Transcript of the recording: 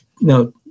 No